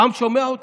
העם שומע אותנו.